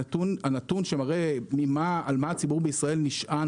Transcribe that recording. הנתון שמראה על מה הציבור בישראל נשען